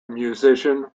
musician